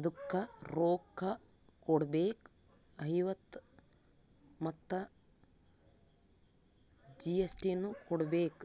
ಅದುಕ್ಕ ರೋಕ್ಕ ಕೊಡ್ಬೇಕ್ ಐವತ್ತ ಮತ್ ಜಿ.ಎಸ್.ಟಿ ನು ಕೊಡ್ಬೇಕ್